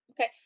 Okay